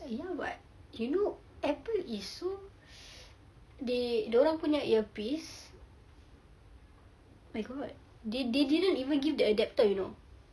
ya but you know apple is so they dia orang punya earpiece my god they didn't even give the adaptor you know